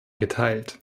geteilt